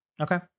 Okay